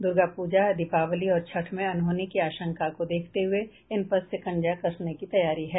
दुर्गा पूजा दीपावली और छठ में अनहोनी की आशंका को देखते हुए इन पर शिकंजा कसने की तैयारी है